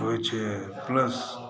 होइ छै प्लस